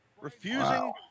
Refusing